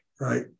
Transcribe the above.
right